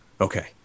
Okay